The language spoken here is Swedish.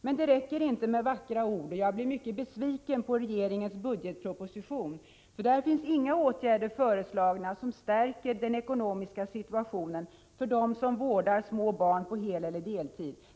Det räcker emellertid inte med vackra ord, och jag blev mycket besviken på regeringens budgetproposition, därför att där finns inga förslag till åtgärder som stärker den ekonomiska situationen för dem som vårdar små barn på heleller deltid.